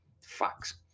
Facts